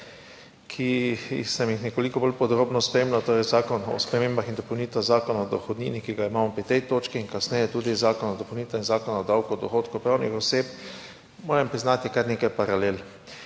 ki sem jih nekoliko bolj podrobno spremljal, to JE Zakon o spremembah in dopolnitvah Zakona o dohodnini, ki ga imamo pri tej točki in kasneje tudi Zakon o dopolnitvah Zakona o davku od dohodkov pravnih oseb moram priznati kar nekaj paralel.